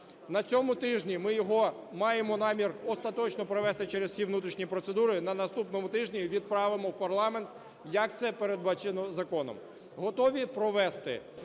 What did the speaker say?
На цьому тижні ми його маємо намір остаточно провести через всі внутрішні процедури, і на наступному тижні відправимо в парламент, як це передбачено законом. Готові провести